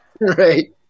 Right